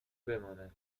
بماند